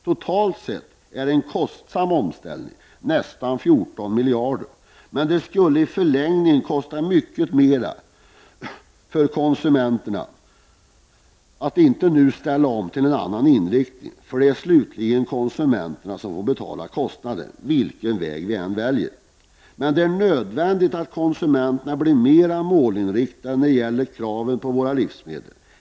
Totalt sett är det en kostsam omställning — kostnaderna är nästan 14 miljarder — men det skulle i förlängningen kosta mycket mer för konsumenterna om jordbruket inte nu ställdes om till en annan inriktning. Det är ändå konsumenterna som slutligen får betala kostnaden, vilken väg man än väljer. Det är nödvändigt att konsumenterna är mer målinriktade när det gäller kraven på livsmedlen.